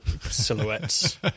silhouettes